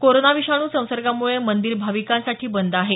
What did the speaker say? कोरोनाविषाणू संसर्गामुळे मंदिर भाविकांसाठी बंद आहे